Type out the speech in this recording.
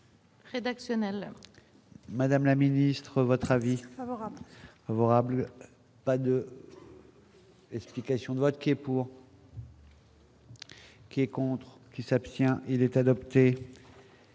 Madame la ministre, votre avis favorable, pas de. Explications de vote qui est pour. Qui est contre qui s'abstient, il est adopté